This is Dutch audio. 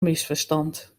misverstand